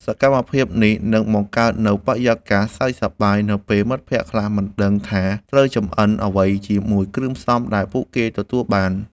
សកម្មភាពនេះនឹងបង្កើតនូវបរិយាកាសសើចសប្បាយ នៅពេលមិត្តភក្តិខ្លះមិនដឹងថាត្រូវចម្អិនអ្វីជាមួយគ្រឿងផ្សំដែលពួកគេទទួលបាន។